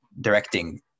directing